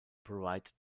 provide